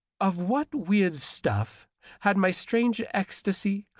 of what weird stuff had my strange ecstasy,